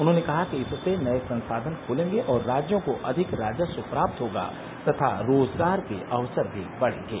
उन्हॉने कहा कि इससे नये संसाधन खलेंगे और राज्यों को अधिक राजस्व प्राप्त होगा तथा रोजगार के अवसर भी बढेंगे